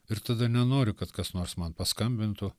ir tada nenoriu kad kas nors man paskambintų